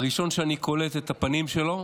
הראשון שאני קולט את הפנים שלו,